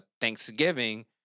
Thanksgiving